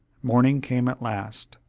morning came at last,